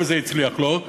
וזה הצליח לו,